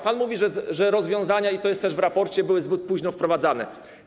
Pan mówi, że rozwiązania, i to jest też w raporcie, były zbyt późno wprowadzane.